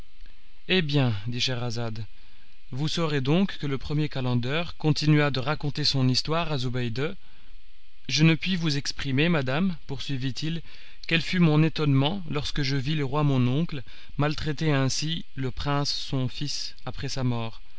hé bien dit scheherazade vous saurez donc que le premier calender continua de raconter son histoire à zobéide je ne puis vous exprimer madame poursuivit-il quel fut mon étonnement lorsque je vis le roi mon oncle maltraiter ainsi le prince son fils après sa mort